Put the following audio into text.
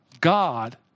God